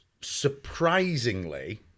surprisingly